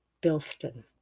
Bilston